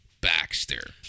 Baxter